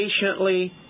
patiently